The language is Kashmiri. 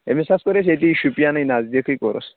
أمِس حظ کوٚر اَسہِ ییٚتی شُپینٕے نٔزدیٖکٕے کوٚرُس